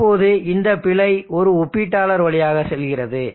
இப்போது இந்த பிழை ஒரு ஒப்பீட்டாளர் வழியாக செல்கிறது